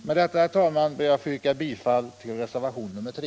Med detta, herr talman, ber jag att få yrka bifall till reservationen 3.